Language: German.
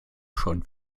schon